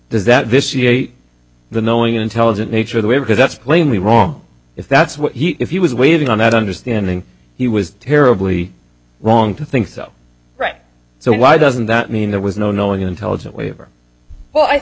does that vitiate the knowing intelligent nature the way because that's plainly wrong if that's what he was waiting on that understanding he was terribly wrong to think so right so why doesn't that mean there was no knowing intelligent waiver well i